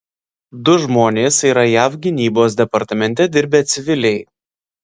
du žmonės yra jav gynybos departamente dirbę civiliai